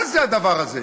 מה זה הדבר הזה?